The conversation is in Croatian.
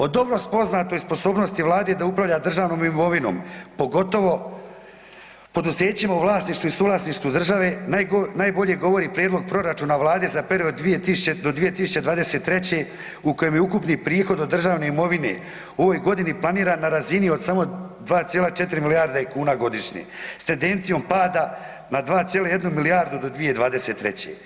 O dobro poznatoj sposobnosti Vlade da upravlja državnom imovino pogotovo poduzećima u vlasništvu i suvlasništvu države, najbolje govori prijedlog proračuna Vlade za period za 2020. do 2023. u kojem je ukupni prohod od državne imovine u ovoj godini planiran na razini od samo 2,4 milijardi kuna godišnje s tendencijom pada na 2,1 milijardu do 2023.